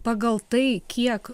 pagal tai kiek